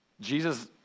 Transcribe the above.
Jesus